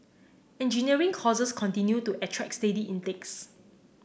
engineering courses continue to attract steady intakes